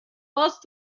warst